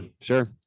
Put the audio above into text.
sure